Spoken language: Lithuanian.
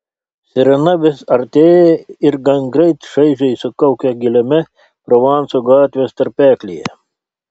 sirena vis artėja ir gangreit šaižiai sukaukia giliame provanso gatvės tarpeklyje